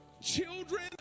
children